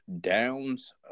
downs